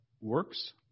works